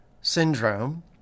syndrome